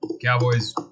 Cowboys